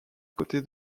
côté